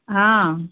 ಹಾಂ